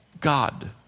God